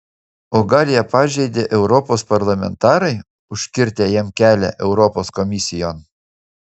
o gal ją pažeidė europos parlamentarai užkirtę jam kelią europos komisijon